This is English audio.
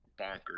bonkers